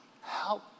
help